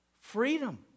freedom